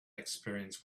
experience